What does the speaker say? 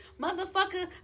motherfucker